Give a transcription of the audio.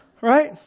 Right